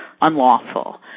unlawful